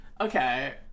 okay